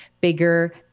bigger